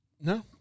No